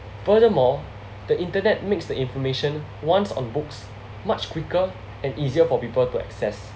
furthermore the internet makes the information once on books much quicker and easier for people to access